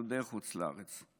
גדודי חוץ לארץ,